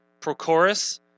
Prochorus